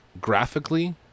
graphically